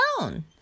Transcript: alone